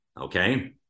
okay